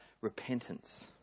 repentance